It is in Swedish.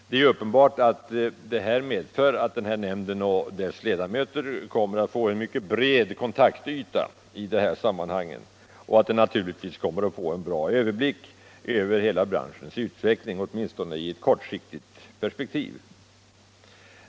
Det är uppenbart att denna nämnd och dess ledamöter kommer att få en mycket bred kontaktyta i detta sammanhang och en bra överblick över hela branschens utveckling, åtminstone i ett kortsiktigt perspektiv.